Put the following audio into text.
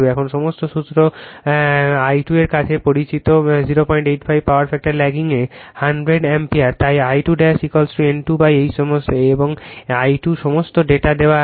এখন সমস্ত সূত্র এবং I2 এর কাছে পরিচিত 085 পাওয়ার ফ্যাক্টর ল্যাগিং এ 100 অ্যাম্পিয়ার তাই I2 N2 এবং I2 সমস্ত ডেটা দেওয়া হয়েছে